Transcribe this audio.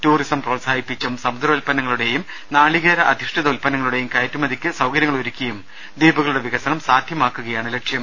tourism പ്രോത്സാഹിപ്പിച്ചും സമുദ്രോത്പന്നങ്ങളുടെയും നാളികേര അധിഷ്ടിത ഉത്പന്നങ്ങളുടെയും കയറ്റുമതിക്ക് സൌകര്യങ്ങൾ ഒരുക്കിയും ദ്വീപുകളുടെ വികസനം സാധ്യമാക്കുകയാണ് ലക്ഷ്യം